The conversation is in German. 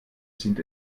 sind